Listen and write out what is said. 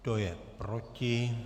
Kdo je proti?